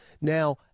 Now